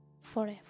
forever